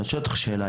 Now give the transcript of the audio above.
אני שואל אותך שאלה,